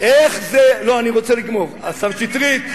איך זה, לא, אני רוצה לגמור, השר שטרית.